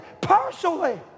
partially